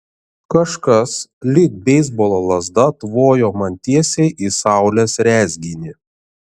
kažkas lyg beisbolo lazda tvojo man tiesiai į saulės rezginį